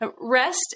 Rest